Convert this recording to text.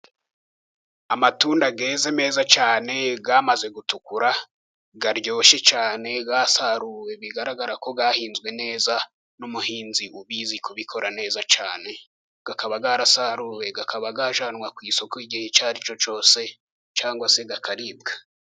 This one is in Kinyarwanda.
Amatunda yeze meza cyane, amaze gutukura aryoshye cyane, yasaruwe bigaragara ko yahinzwe neza n'umuhinzi ubizi kubikora neza cyane, akaba yarasaruwe, akaba yajyanwa ku isoko igihe icyo aricyo cyose cyangwa se akaribwa.